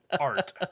Art